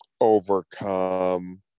overcome